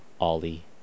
Ollie